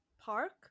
Park